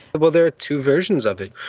well, there are two versions of it.